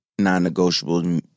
non-negotiable